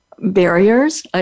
Barriers